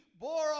bore